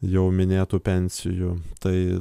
jau minėtų pensijų tai